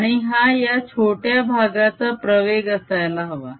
आणि हा या छोट्या भागाचा प्रवेग असायला हवा